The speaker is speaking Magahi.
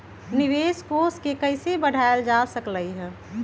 निवेश कोष के कइसे बढ़ाएल जा सकलई ह?